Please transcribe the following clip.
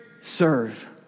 serve